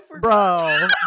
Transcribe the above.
bro